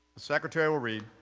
secretary will read.